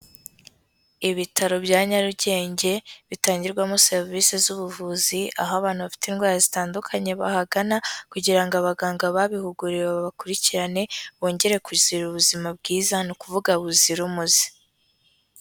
Ibitaro bya Nyarugenge, bitangirwamo serivise z'ubuvuzi, aho abana bafite indwara zitandukanye bahagana kugira ngo abaganga babihuguriwe babakurikirane, bongere kwigira ubuzima bwiza, ni ukuvuga buzira umuze.